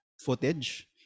footage